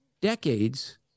decades